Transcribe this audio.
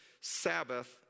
Sabbath